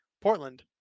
Portland